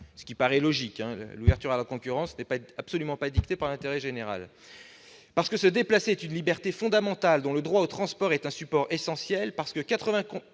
et économiques. L'ouverture à la concurrence, elle, n'est absolument pas dictée par l'intérêt général. Parce que se déplacer est une liberté fondamentale dont le droit au transport est un support essentiel,